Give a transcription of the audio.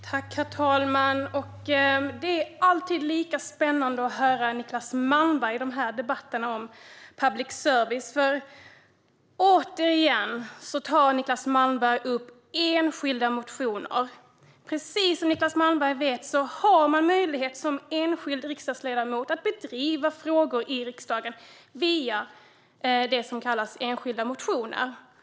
Herr talman! Det är alltid lika spännande att höra Niclas Malmberg i debatterna om public service. Nu tar han återigen upp enskilda motioner. Som Niclas Malmberg vet har man som enskild riksdagsledamot möjlighet att driva frågor i riksdagen via det som kallas enskilda motioner.